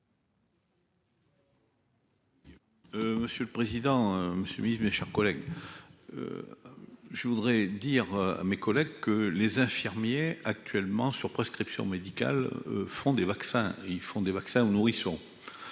Monsieur le président, monsieur mise, mes chers collègues, je voudrais dire à mes collègues que les infirmiers actuellement sur prescription médicale, font des vaccins, ils font des vaccins aux nourrissons,